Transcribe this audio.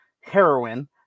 heroin